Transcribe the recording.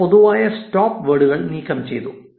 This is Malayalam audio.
അവർ പൊതുവായ സ്റ്റോപ്പ് വേർഡുകൾ നീക്കം ചെയ്തു